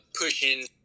pushing